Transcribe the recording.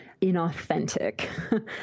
inauthentic